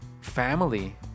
family